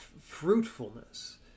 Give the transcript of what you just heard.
fruitfulness